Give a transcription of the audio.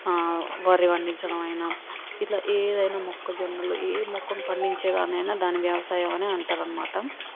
ఆ వరి పండించడం అయినా ఇట్లా ఏదైనా మొక్కజొన్నలు ఏ మొక్కను పండించే దాన్ని అయినా దాన్ని వ్యవసాయం అనే అంటారు అనమాట